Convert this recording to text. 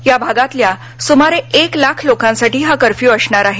या भागातल्या सुमारे एक लाख लोकांसाठी हा कर्फ्यू असणार आहे